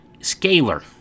Scalar